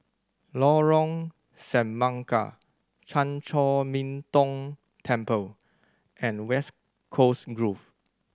Lorong Semangka Chan Chor Min Tong Temple and West Coast Grove